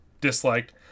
disliked